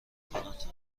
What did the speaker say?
کند